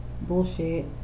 bullshit